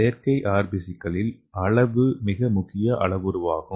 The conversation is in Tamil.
செயற்கை RBC களில் அளவு மிக முக்கியமான அளவுருவாகும்